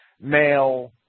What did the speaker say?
male